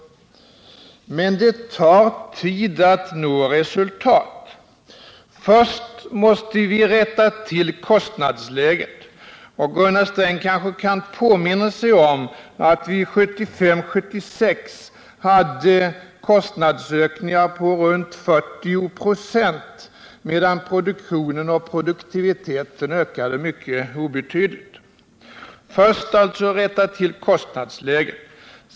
Men det tar tid att nå resultat. Först måste vi rätta till kostnadsläget. Gunnar Sträng kanske kan erinra sig att vi 1975/76 hade kostnadsökningar på i runt tal 40 96, medan produktionen och produktiviteten ökade mycket obetydligt. Först måste vi, som sagt, rätta till kostnadsläget.